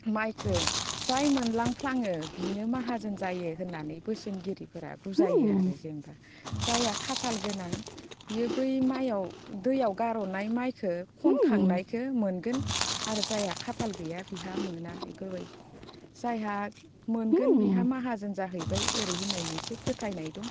माइखौ जाय मोनलांफ्लाङो बिनो माहाजोन जायो होननानै बोसोनगिरिफोरा बुजायो आरो जेनेबा जायहा खाफाल गोनां बियो बै माइयाव दैयाव गारहरनाय माइखौ खनखांनायखौ मोनगोन आरो जायहा खाफाल गैया बेहा मोना बेफोरबायदि जायहा मोनगोन बिहा माहाजोन जाहैबाय ओरै होननाय मोनसे फोथायनाय दं